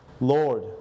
Lord